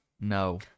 No